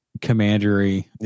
commandery